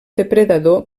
depredador